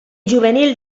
juvenil